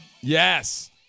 Yes